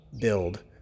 build